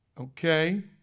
Okay